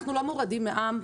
אנחנו לא מורדים מעם,